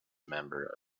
member